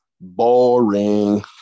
Boring